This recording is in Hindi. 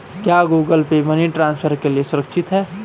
क्या गूगल पे मनी ट्रांसफर के लिए सुरक्षित है?